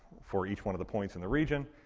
for each one of the points in the region.